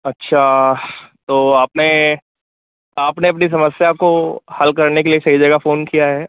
अच्छा तो अपने अपने अपनी समस्या को हल करने के लिए सही जगह फोन किया है